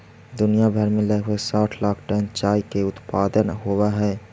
दुनिया भर में लगभग साठ लाख टन चाय के उत्पादन होब हई